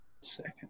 second